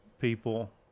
people